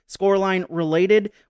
scoreline-related